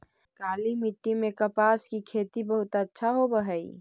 काली मिट्टी में कपास की खेती बहुत अच्छा होवअ हई